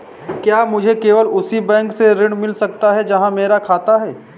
क्या मुझे केवल उसी बैंक से ऋण मिल सकता है जहां मेरा खाता है?